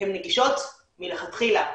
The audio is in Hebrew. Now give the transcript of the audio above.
הן נגישות מלכתחילה.